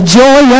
joy